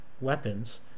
weapons